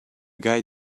guy